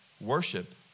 Worship